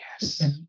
Yes